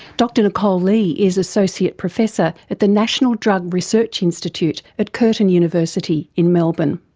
dr nicole lee is associate professor at the national drug research institute at curtin university in melbourne.